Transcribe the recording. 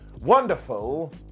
wonderful